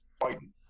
fighting